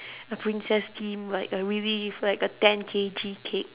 a princess themed like a really like a ten K_G cake